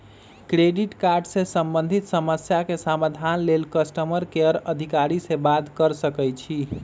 credit card से संबंधित समस्या के समाधान लेल कस्टमर केयर अधिकारी से बात कर सकइछि